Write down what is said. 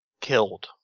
Killed